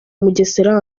mugesera